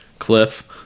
Cliff